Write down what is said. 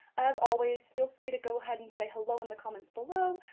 as always feel free to go ahead and say hello in the comments below!